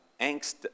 angst